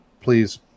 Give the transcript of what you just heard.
please